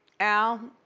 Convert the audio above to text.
al,